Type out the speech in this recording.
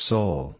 Soul